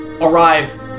Arrive